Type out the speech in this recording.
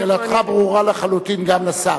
שאלתך ברורה לחלוטין, גם לשר.